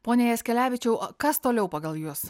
pone jaskelevičiau o kas toliau pagal juos